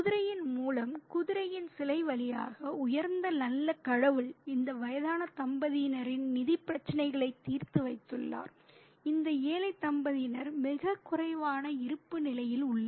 குதிரையின் மூலம் குதிரையின் சிலை வழியாக உயர்ந்த நல்ல கடவுள் இந்த வயதான தம்பதியினரின் நிதிப் பிரச்சினைகளைத் தீர்த்து வைத்துள்ளார் இந்த ஏழை தம்பதியினர் மிகக் குறைவான இருப்பு நிலையில் உள்ளனர்